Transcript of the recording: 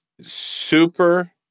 Super